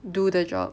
do the job